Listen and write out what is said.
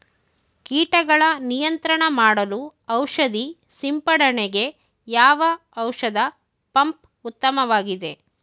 ಕೀಟಗಳ ನಿಯಂತ್ರಣ ಮಾಡಲು ಔಷಧಿ ಸಿಂಪಡಣೆಗೆ ಯಾವ ಔಷಧ ಪಂಪ್ ಉತ್ತಮವಾಗಿದೆ?